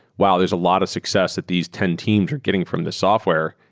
wow! there's a lot of success that these ten teams are getting from this software.